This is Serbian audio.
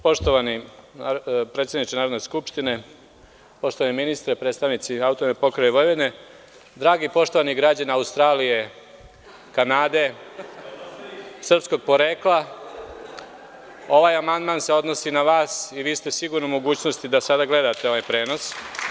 Poštovani predsedniče Narodne skupštine, poštovani ministre, predstavnici AP Vojvodine, dragi poštovani građani Australije, Kanade srpskog porekla, ovaj amandman se odnosi na vas i vi ste sigurno u mogućnosti da sada gledate ovaj prenos.